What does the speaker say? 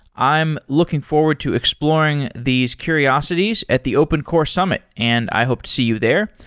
i'm looking forward to exploring these curiosities at the open core summit and i hope to see you there.